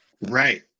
right